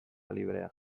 librea